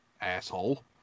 Asshole